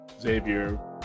Xavier